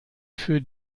für